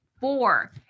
Four